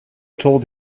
told